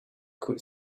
could